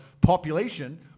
population